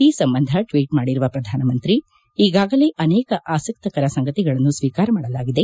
ಈ ಸಂಬಂಧ ಟ್ನೀಟ್ ಮಾಡಿರುವ ಪ್ರಧಾನಮಂತ್ರಿ ಈಗಾಗಲೇ ಅನೇಕ ಆಸಕ್ತಕರ ಸಂಗತಿಗಳನ್ನು ಸ್ವೀಕಾರ ಮಾಡಲಾಗಿದೆ